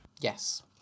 Yes